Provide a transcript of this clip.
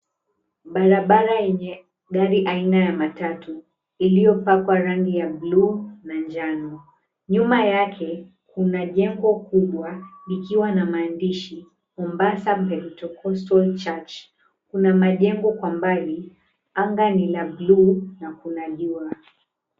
Barabara yenye gari aina ya matatu iliyopakwa rangi ya bluu na njano. Nyuma yake, kuna jengo kubwa likiwa na maandishi Mombasa Pentecostal Church. Kuna majengo kwa mbali, anga nina bluu na kuna jua.